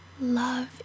Love